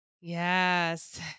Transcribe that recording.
Yes